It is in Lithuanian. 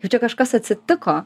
jau čia kažkas atsitiko